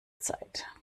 zeit